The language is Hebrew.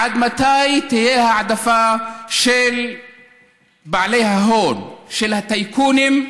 עד מתי תהיה העדפה של בעלי ההון, של הטייקונים,